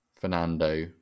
Fernando